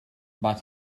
but